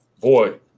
Boy